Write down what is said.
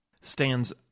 stands